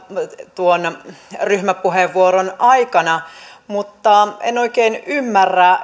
tuon ryhmäpuheenvuoron aikana mutta en oikein ymmärrä